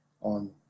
on